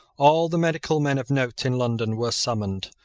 all the medical men of note in london were summoned.